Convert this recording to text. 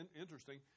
Interesting